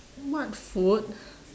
what food